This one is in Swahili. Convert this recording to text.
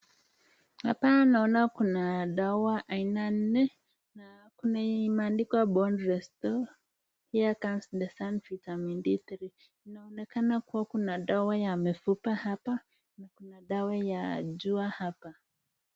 Hapa naona kuna dawa aina nne, na kuna yenye imeandikwa bone restore here comes the sun vitamin d3 ,inaonekana kuwa kuna dawa ya mifupa hapa na kuna dawa ya jua hapa.